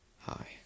hi